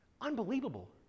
unbelievable